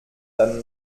dann